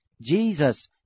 Jesus